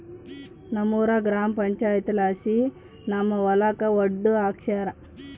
ನಮ್ಮೂರ ಗ್ರಾಮ ಪಂಚಾಯಿತಿಲಾಸಿ ನಮ್ಮ ಹೊಲಕ ಒಡ್ಡು ಹಾಕ್ಸ್ಯಾರ